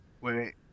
Wait